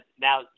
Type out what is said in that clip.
now